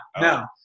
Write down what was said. no